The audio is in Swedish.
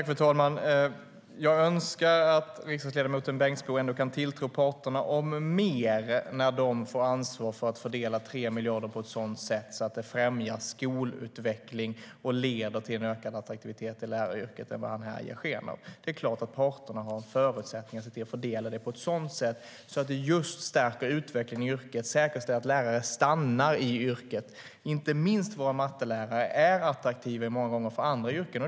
Fru talman! Jag önskar att riksdagsledamoten Bengtzboe ändå kan tilltro parterna om mer när de får ansvar för att fördela 3 miljarder på ett sådant sätt att det främjar skolutveckling och leder till ökad attraktivitet för läraryrket än vad han här ger sken av. Det är klart att parterna har förutsättningar att fördela dem på ett sådant sätt att de stärker utvecklingen i yrket och säkerställer att lärare stannar i yrket. Inte minst våra mattelärare är många gånger attraktiva för andra yrken.